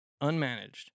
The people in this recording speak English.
unmanaged